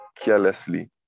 carelessly